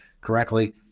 correctly